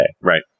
Right